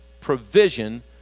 provision